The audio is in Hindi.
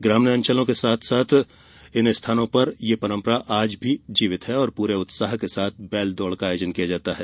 ग्रामीण अंचलों के कई स्थानों पर यह परंपरा आज भी जीवित है और पूरे उत्साह के साथ बैल दौड़ का आयोजन किया जाता है